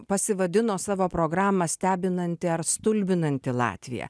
pasivadino savo programą stebinanti ar stulbinanti latvija